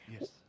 Yes